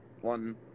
One